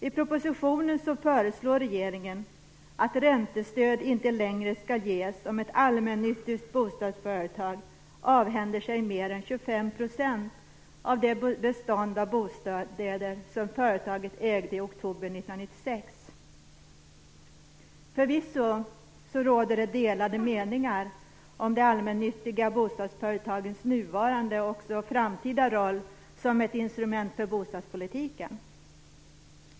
I propositionen föreslår regeringen att räntestöd inte längre skall ges om att allmännyttigt bostadsföretag avhänder sig mer än 25 % av det bestånd av de bostäder som företaget ägde i oktober 1996. Förvisso råder det delade meningar om de allmännyttiga bostadsföretagens nuvarande och även framtida roll som ett instrument för bostadspolitiken.